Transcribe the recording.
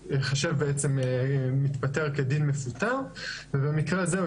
הוא ייחשב בעצם מתפטר כדין מפוטר ובמקרה הזה הוא